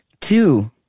Two